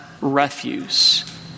refuse